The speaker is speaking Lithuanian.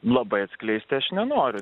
labai atskleisti aš nenoriu